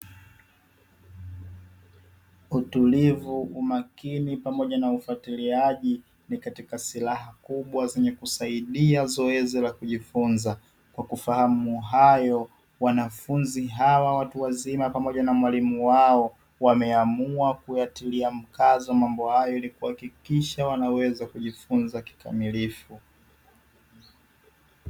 Utulivu umakini pamoja na ufatiliaji ni katika silaha kubwa zenye kusaidia zoezi la kujifunza, kwa kufahamu hayo, wanafunzi hawa watu wazima pamoja na mwalimu wao wameamua kuyatilia mkazo mambo hayo ili kuhakikisha wana weza kujifunza kikamilifu.